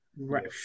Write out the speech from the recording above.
Right